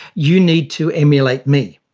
you need to emulate me'.